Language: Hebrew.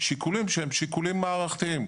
שיקולים שהם שיקולים מערכתיים.